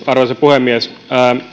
arvoisa puhemies